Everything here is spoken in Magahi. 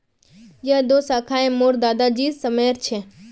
यह दो शाखए मोर दादा जी समयर छे